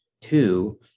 Two